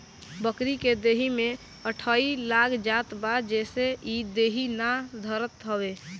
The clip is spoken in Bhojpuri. बकरी के देहि में अठइ लाग जात बा जेसे इ देहि ना धरत हवे